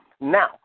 Now